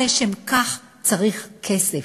אבל לשם כך צריך כסף.